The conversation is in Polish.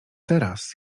teraz